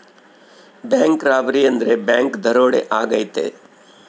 bank robbery ಅಂದ್ರೆ bank ದರೋಡೆ ಆಗೈತೆ